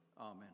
Amen